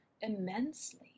immensely